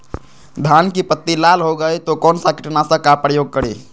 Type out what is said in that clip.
धान की पत्ती लाल हो गए तो कौन सा कीटनाशक का प्रयोग करें?